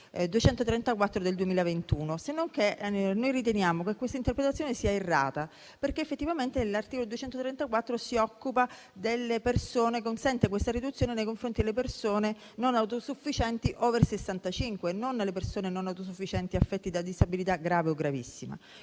234 del 2021, ma noi riteniamo che questa interpretazione sia errata, perché effettivamente l'articolo 234 consente questa riduzione nei confronti delle persone non autosufficienti *over* 65, non di quelle non autosufficienti affette da disabilità grave o gravissima.